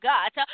God